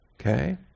Okay